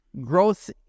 growth